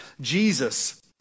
Jesus